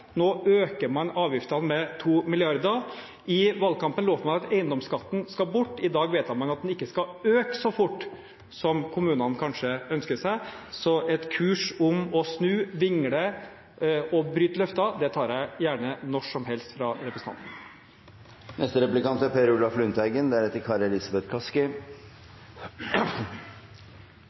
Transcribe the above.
nå øker man avgiftene med 2 mrd. kr. I valgkampen lovte man at eiendomsskatten skal bort, i dag vedtar man at den ikke skal økes så fort som kommunene kanskje ønsker seg. Så et kurs om å snu, vingle og å bryte løfter tar jeg gjerne når som helst hos representanten. Forholdene i arbeidslivet blir mer utrygge i praktiske yrker. Sysselsettingsandelen faller radikalt. Sterkest er